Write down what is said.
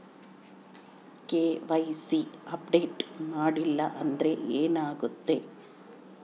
KYC update ಮಾಡಿಲ್ಲ ಅಂದ್ರೆ ಏನಾಗುತ್ತೆ?